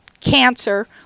cancer